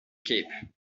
cape